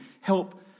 help